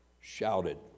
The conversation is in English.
shouted